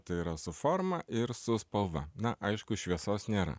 tai yra su forma ir su spalva na aišku šviesos nėra